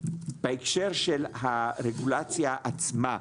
בהקשר של הרגולציה עצמה,